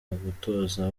gutoza